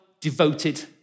devoted